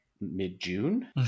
mid-June